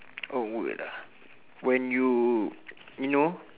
awkward ah when you you know